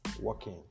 working